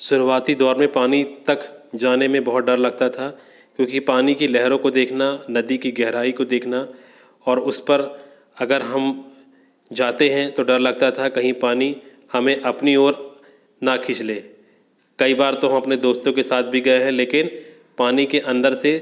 शुरुवाती दौर में पानी तक जाने में बहुत डर लगता था क्योंकि पानी के लेहरों को देखना नदी की गेहराई को देखना और उस पर अगर हम जाते हैं तो डर लगता था कहीं पानी हमें अपनी ओर ना खींच ले कई बार तो हम अपने दोस्तों के साथ भी गए हैं लेकिन पानी के अंदर से